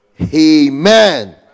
amen